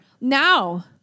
now